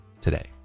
today